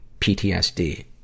PTSD